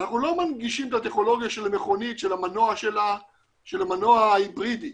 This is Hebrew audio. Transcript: אנחנו לא מנגישים את הטכנולוגיה של המכונית של המנוע ההיברידי,